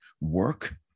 work